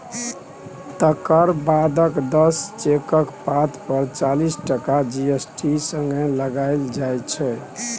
तकर बादक दस चेकक पात पर चालीस टका जी.एस.टी संगे लगाएल जाइ छै